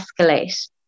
escalate